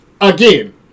Again